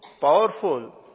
powerful